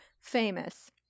famous